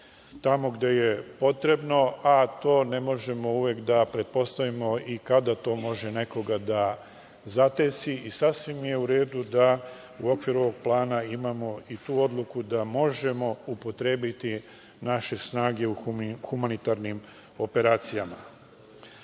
tamo gde je potrebno, a to ne možemo da pretpostavimo uvek kada to može nekoga da zadesi i sasvim je u redu da u okviru ovog plana imamo i tu odluku da možemo upotrebiti naše snage u humanitarnim operacijama. Takođe,